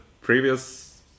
previous